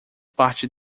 parte